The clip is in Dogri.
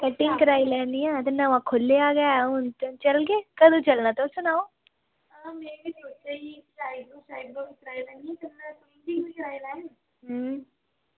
ते नमां खुल्लेआ गै हून ते चलगे कदूं चलना तुस सनाओ अं